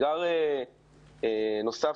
אתגר נוסף